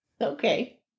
Okay